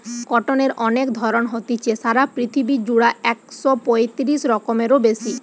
কটনের অনেক ধরণ হতিছে, সারা পৃথিবী জুড়া একশ পয়তিরিশ রকমেরও বেশি